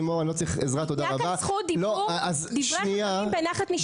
נתת זכות דיבור, דברי חכמים בנחת נשמעים.